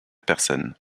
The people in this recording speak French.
personne